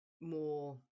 more